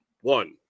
one